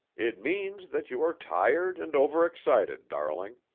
it means that you are tired and overexcited, darling.